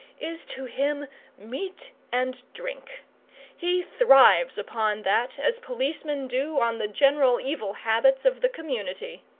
is to him meat and drink he thrives upon that as policemen do on the general evil habits of the community.